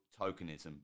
tokenism